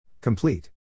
Complete